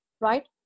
Right